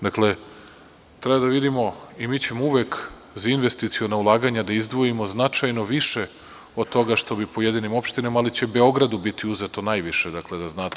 Dakle, treba da vidimo, i mi ćemo uvek za investiciona ulaganja da izdvojimo značajno više od toga što bi pojedinim opštinama, ali će Beogradu biti uzeto najviše, da znate.